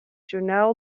journaal